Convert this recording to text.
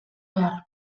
behar